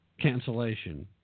cancellation